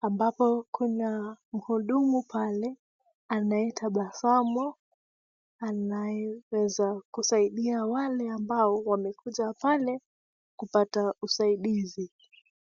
ambapo kuna mhudumu pale anayetabasamu anayeweza kusaidia wale waliokuja pale kupata usaidizi.